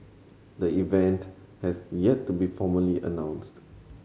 the event has yet to be formally announced